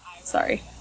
Sorry